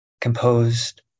composed